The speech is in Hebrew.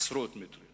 עשרות מטרים